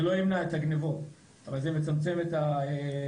זה לא ימנע את הגניבות אבל זה מצמצם את הבעיה,